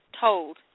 told